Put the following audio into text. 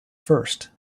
first